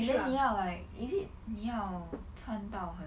and then 你要 like is it 穿到很